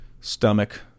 stomach